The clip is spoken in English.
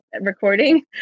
recording